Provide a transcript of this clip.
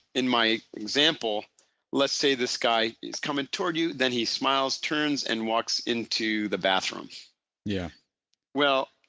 in my example let's say this guy is coming toward you then he smiles, turns and walks into the bathroom yeah well,